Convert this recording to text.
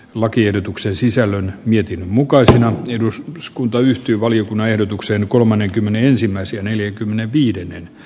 lakiehdotuksen sisällön mietinnön mukaisen edustuskuntayhtyvaliokunnan ehdotukseen kolmonen kymmenen ensimmäisen neljänkymmenenviiden ein